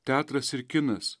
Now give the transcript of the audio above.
teatras ir kinas